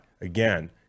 Again